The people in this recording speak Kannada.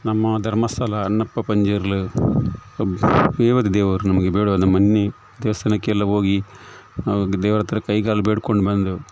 ನಮ್ಮ ಧರ್ಮಸ್ಥಳ ಅಣ್ಣಪ್ಪ ಪಂಜುರ್ಲಿ ದೇವರು ನಮಗೆ ಮೊನ್ನೆ ದೇವಸ್ಥಾನಕ್ಕೆಲ್ಲ ಹೋಗಿ ದೇವರ ಹತ್ರ ಕೈ ಕಾಲು ಬೇಡ್ಕೊಂಡು ಬಂದು